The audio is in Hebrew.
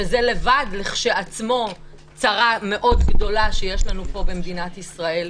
שזה לבד לכשעצמו צרה מאוד גדולה שיש לנו פה במדינת ישראל.